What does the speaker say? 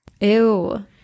Ew